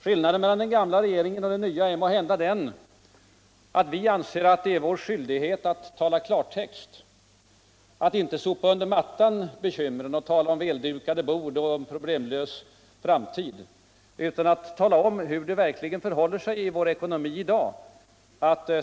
Skillnaden mellan den gamla regeringen och den nya är måhända den att vi anser att det är vår skyldighet att tala klartext — att inte sopa bekymren under mattan och tala om väldukade bord och en problemlös framtid, utan att tala om hur det verkligen förhåller sig i vår ekonomi i dag.